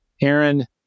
Aaron